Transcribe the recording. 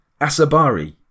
Asabari